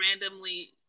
randomly